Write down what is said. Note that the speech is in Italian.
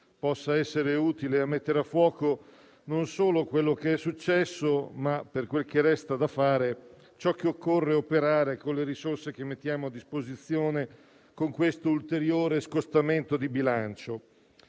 possa essere utile a mettere a fuoco non solo quello che è successo, ma anche, per quel che resta da fare, ciò che occorre operare con le risorse che mettiamo a disposizione con questo ulteriore scostamento di bilancio.